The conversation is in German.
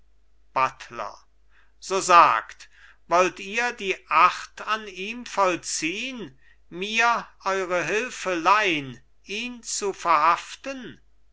buttler so sagt wollt ihr die acht an ihm vollziehn mir eure hilfe leihn ihn zu verhaften